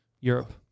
Europe